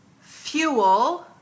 fuel